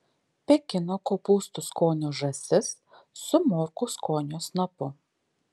pekino kopūstų skonio žąsis su morkų skonio snapu